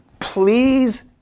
Please